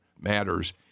matters